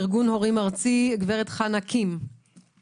ארגון ההורים הארצי, גברת חנה קים בבקשה.